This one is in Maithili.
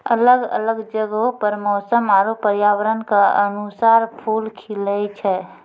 अलग अलग जगहो पर मौसम आरु पर्यावरण क अनुसार फूल खिलए छै